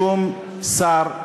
שום שר.